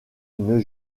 une